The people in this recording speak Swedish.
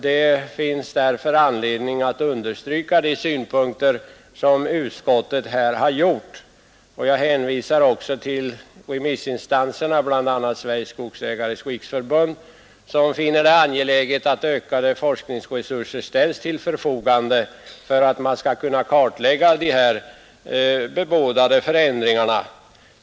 Det finns därför skäl i att understryka de synpunkter som utskottet här har framfört. Jag hänvisar också till remissinstanserna, bl.a. Sveriges skogsägares riksförbund, som finner det angeläget att ökade forskningsresurser ställs till förfogande för att man skall kunna kartlägga dessa bebådade förändringar.